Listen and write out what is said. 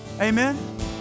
amen